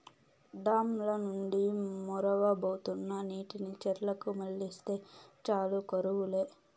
dam ల నుండి మొరవబోతున్న నీటిని చెర్లకు మల్లిస్తే చాలు కరువు లే